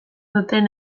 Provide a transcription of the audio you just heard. duten